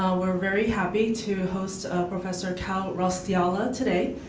um we're very happy to host professor kal raustiala today.